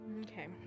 Okay